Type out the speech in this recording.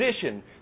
position